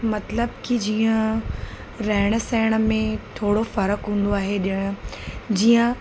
मतिलब की जीअं रहण सहण में थोरो फर्क़ु हूंदो आहे ॼाण जीअं